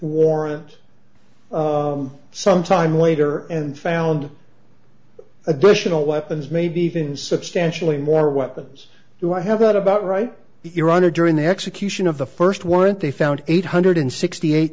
warrant some time later and found additional weapons maybe even substantially more weapons do i have got about right your honor during the execution of the first one they found eight hundred sixty eight